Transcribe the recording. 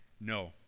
No